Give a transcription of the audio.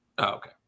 Okay